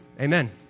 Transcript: Amen